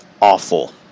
awful